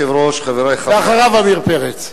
ואחריו, עמיר פרץ.